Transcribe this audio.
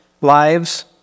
lives